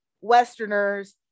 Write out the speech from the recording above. westerners